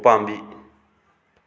ꯎꯄꯥꯝꯕꯤ